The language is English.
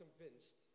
convinced